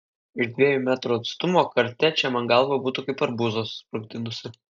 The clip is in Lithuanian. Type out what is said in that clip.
iš dviejų metrų atstumo kartečė man galvą būtų kaip arbūzą susprogdinusi